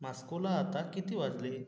मास्कोला आता किती वाजले